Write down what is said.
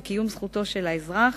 ולקיום זכותו של האזרח